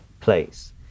place